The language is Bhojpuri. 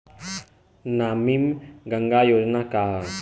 नमामि गंगा योजना का ह?